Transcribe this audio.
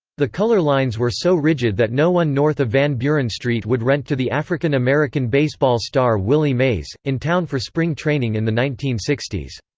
the color lines were so rigid that no one north of van buren street would rent to the african-american baseball star willie mays, in town for spring training in the nineteen sixty s.